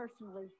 personally